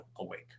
awake